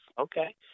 Okay